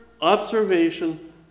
observation